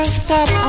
stop